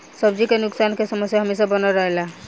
सब्जी के नुकसान के समस्या हमेशा बनल रहेला